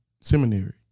seminary